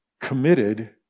committed